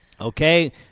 Okay